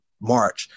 March